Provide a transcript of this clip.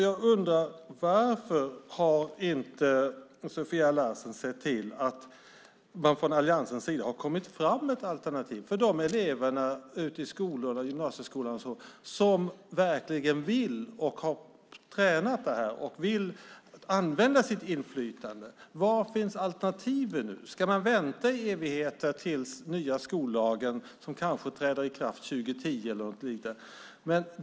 Jag undrar varför Sofia Larsen inte har sett till att man från alliansens sida har tagit fram ett alternativ för de elever i gymnasieskolorna som verkligen vill använda sitt inflytande och har tränat på detta. Var finns alternativen? Ska man vänta i evigheter på den nya skollagen som kanske träder i kraft 2010 eller något liknande?